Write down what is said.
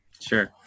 sure